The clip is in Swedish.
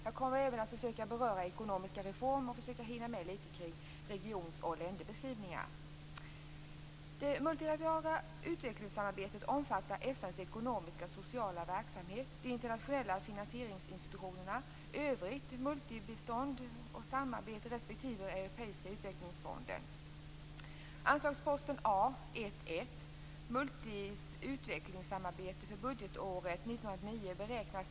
Jag kommer även att beröra ekonomiska reformer och försöka hinna med lite av regions och länderbeskrivningar.